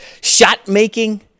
shot-making